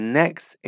next